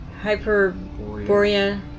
Hyperborea